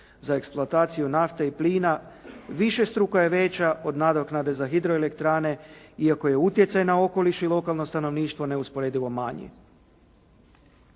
za eksploataciju nafte i plina višestruko je veća od nadoknade za hidroelektrane iako je utjecaj na okoliš i lokalno stanovništvo neusporedivo manji.